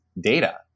data